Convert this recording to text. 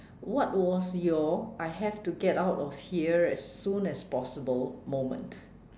what was your I have to get out off here as soon as possible moment